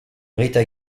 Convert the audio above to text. rita